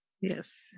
yes